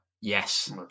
Yes